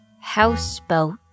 houseboat